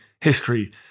history